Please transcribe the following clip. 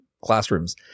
classrooms